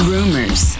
Rumors